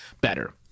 better